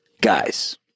Guys